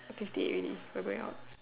two fifty already we are going out